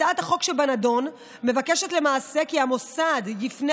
הצעת החוק שבנדון מבקשת למעשה כי המוסד יפנה